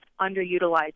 underutilized